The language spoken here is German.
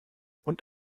und